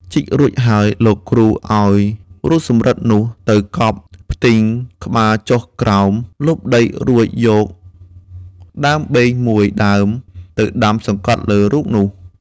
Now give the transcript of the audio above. ជីករួចហើយ លោកគ្រូឲ្យរូបសំរឹទ្ធិនោះ ទៅកប់ផ្ទីងក្បាលចុះក្រោម លុបដីរួចយកដើមបេងមួយដើមទៅដាំសង្កត់លើរូបនោះ ។